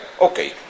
okay